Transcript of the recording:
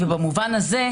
ובמובן הזה,